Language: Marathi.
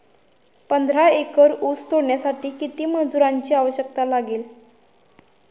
पंधरा एकर ऊस तोडण्यासाठी किती मजुरांची आवश्यकता लागेल?